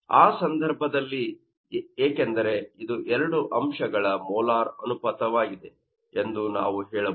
ಆ ಸಂದರ್ಭದಲ್ಲಿ ಏಕೆಂದರೆ ಇದು 2 ಅಂಶಗಳ ಮೋಲಾರ್ ಅನುಪಾತವಾಗಿದೆ ಎಂದು ನಾವು ಹೇಳಬಹುದು